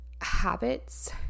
habits